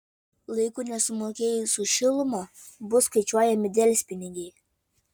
laiku nesumokėjus už šilumą bus skaičiuojami delspinigiai